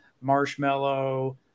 marshmallow